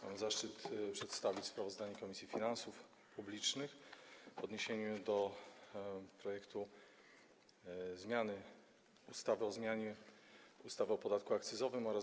Mam zaszczyt przedstawić sprawozdanie Komisji Finansów Publicznych w odniesieniu do projektu ustawy zmieniającej ustawę o zmianie ustawy o podatku akcyzowym oraz